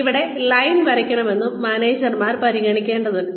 എവിടെ ലൈൻ വരയ്ക്കണമെന്നും മാനേജർമാർ പരിഗണിക്കേണ്ടതുണ്ട്